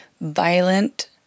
violent